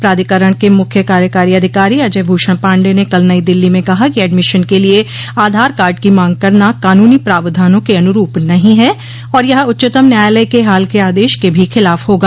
प्राधिकरण के मुख्य कार्यकारी अधिकारी अजय भूषण पाण्डेय ने कल नई दिल्ली में कहा कि एडमिशन के लिए आधार कार्ड की मांग करना कानूनी प्रावधानों के अनुरूप नहीं है और यह उच्चतम न्यायालय के हाल के आदेश के भी खिलाफ होगा